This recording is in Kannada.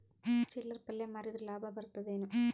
ಚಿಲ್ಲರ್ ಪಲ್ಯ ಮಾರಿದ್ರ ಲಾಭ ಬರತದ ಏನು?